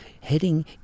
heading